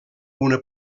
una